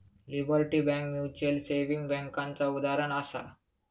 liberty bank mutual saving बैंकेचा उदाहरणं आसा